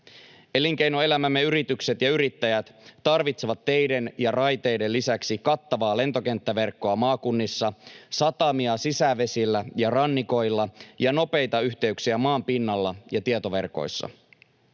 Elinkeinoelämämme, yritykset ja yrittäjät tarvitsevat teiden ja raiteiden lisäksi kattavaa lentokenttäverkkoa maakunnissa, satamia sisävesillä ja rannikoilla ja nopeita yhteyksiä maan pinnalla ja tietoverkoissa.